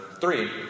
Three